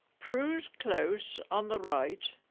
prew's close on the right,